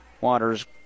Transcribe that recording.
Waters